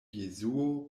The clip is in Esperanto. jesuo